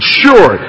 sure